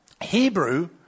Hebrew